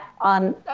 on